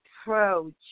approach